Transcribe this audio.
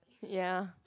ya